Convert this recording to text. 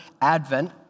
Advent